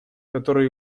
которое